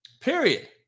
Period